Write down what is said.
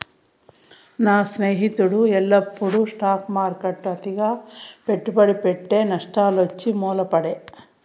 నా స్నేహితుడు ఎల్లప్పుడూ స్టాక్ మార్కెట్ల అతిగా పెట్టుబడి పెట్టె, నష్టాలొచ్చి మూల పడే